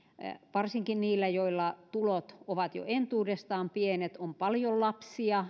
varsinkin niillä joilla tulot ovat jo entuudestaan pienet ja siellä kotona on paljon lapsia